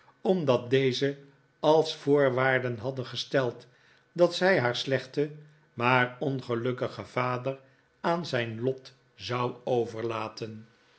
omdat deze als voorwaarde hadden gesteld dat zij haar slechten maar ongelukkigen vader aan zijn lot zou overlaten